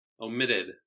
omitted